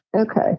Okay